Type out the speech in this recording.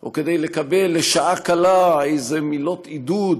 או כדי לקבל לשעה קלה מילות עידוד